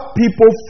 people